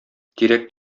тирәк